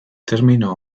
termino